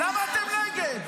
למה אתם נגד?